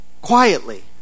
Quietly